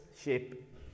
shape